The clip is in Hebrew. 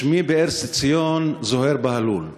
שמי בארץ ציון זוהיר בהלול,